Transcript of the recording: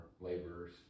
laborers